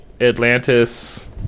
Atlantis